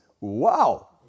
Wow